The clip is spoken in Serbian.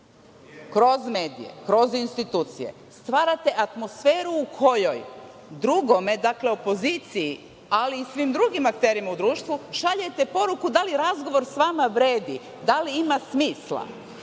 kroz medije, kroz institucije, stvarate atmosferu u kojoj drugome, dakle, opoziciji, ali i svim drugim akterima u društvu šaljete poruku da li razgovor sa vama vredi, da li ima smisla.